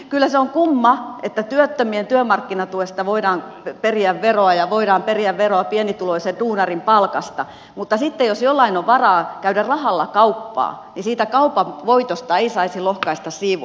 kyllä se on kumma että työttömien työmarkkinatuesta voidaan periä veroa ja voidaan periä veroa pienituloisen duunarin palkasta mutta sitten jos jollain on varaa käydä rahalla kauppaa niin siitä kaupan voitosta ei saisi lohkaista siivua